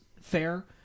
fair